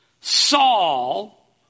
Saul